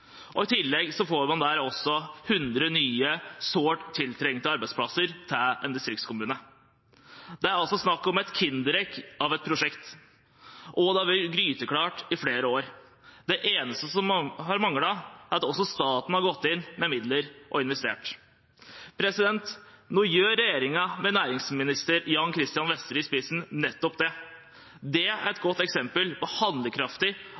I tillegg får de der 100 nye sårt tiltrengte arbeidsplasser i en distriktskommune. Det er altså snakk om et kinderegg av et prosjekt, og det har vært gryteklart i flere år. Det eneste som har manglet, er at også staten har gått inn med midler og investert. Nå gjør regjeringen, med næringsminister Jan Christian Vestre i spissen, nettopp det. Det er et godt eksempel på handlekraftig,